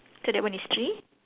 so that one is three